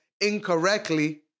incorrectly